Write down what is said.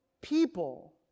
people